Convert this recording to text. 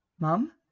Mum